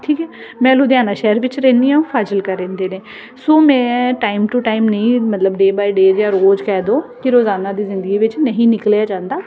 ਠੀਕ ਹੈ ਮੈਂ ਲੁਧਿਆਣਾ ਸ਼ਹਿਰ ਵਿੱਚ ਰਹਿੰਦੀ ਹਾਂ ਉਹ ਫ਼ਾਜ਼ਿਲਕਾ ਰਹਿੰਦੇ ਨੇ ਸੋ ਮੈਂ ਟਾਈਮ ਟੂ ਟਾਈਮ ਨਹੀਂ ਮਤਲਬ ਡੇ ਬਾਏ ਡੇਜ ਜਾ ਰੋਜ਼ ਕਹਿ ਦਓ ਕੇ ਰੋਜ਼ਾਨਾ ਦੀ ਜ਼ਿੰਦਗੀ ਵਿੱਚ ਨਹੀਂ ਨਿਕਲਿਆ ਜਾਂਦਾ